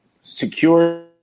secure